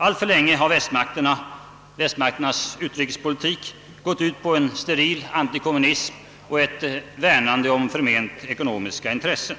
Alltför länge har västmakternas utrikespolitik gått ut på en steril antikommunism och ett värnande om förment ekonomiska intressen.